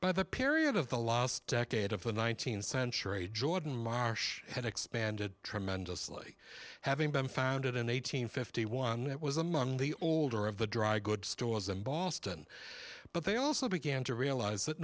but the period of the last decade of the nineteenth century jordan l'arche had expanded tremendously having been founded in eight hundred fifty one it was among the older of the dry goods stores in boston but they also began to realize that